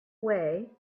away